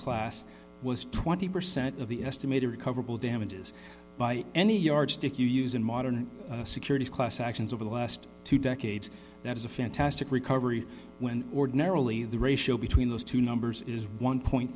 class was twenty percent of the estimated recoverable damages by any yardstick you use in modern securities class actions over the last two decades that is a fantastic recovery when ordinarily the ratio between those two numbers is one